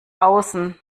außen